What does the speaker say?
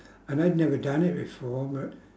and I'd never done it before but